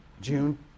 June